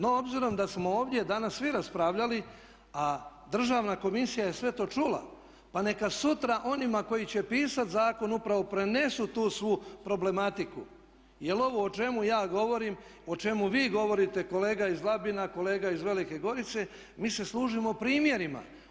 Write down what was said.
No, obzirom da smo ovdje danas svi raspravljali a Državna komisija je sve to čula pa neka sutra onima koji će pisati zakon upravo prenesu tu svu problematiku jer ovo o čemu ja govorim, o čemu vi govorite kolega iz Labina, kolega iz Velike Gorice mi se služimo primjerima.